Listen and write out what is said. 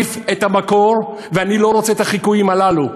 מעדיף את המקור, ואני לא רוצה את החיקויים הללו.